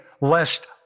lest